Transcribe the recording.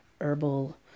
herbal